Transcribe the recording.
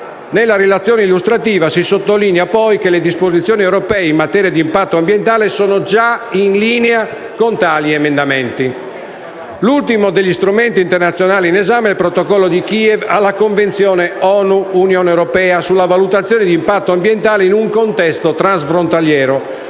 Nella relazione illustrativa si sottolinea che le disposizioni europee in materia di impatto ambientale sono già in linea con tali emendamenti. L'ultimo degli strumenti internazionali in esame è il Protocollo di Kiev alla Convenzione ONU/CEE sulla valutazione d'impatto ambientale in un contesto transfrontaliero,